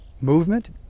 movement